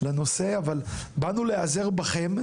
באנו להיעזר בכם,